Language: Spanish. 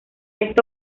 esto